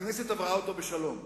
והכנסת עברה אותו בשלום,